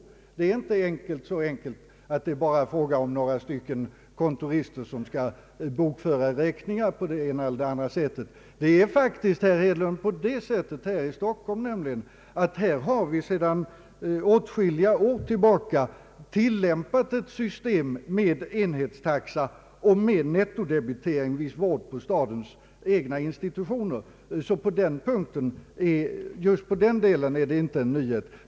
Det är inte så enkelt att det bara är fråga om några kontorister som skall bokföra räkningar på det ena eller det andra sättet. Det är nämligen, herr Hedlund, på det sättet att här i Stockholm har vi sedan åtskilliga år tillbaka tillämpat ett system med enhetstaxa och med nettodebitering vid vård på stadens egna institutioner, I den delen är det alltså ingen nyhet.